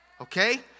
Okay